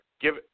Give